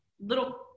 little